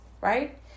right